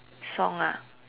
song ah